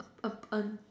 a